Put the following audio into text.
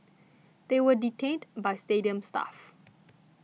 they were detained by stadium staff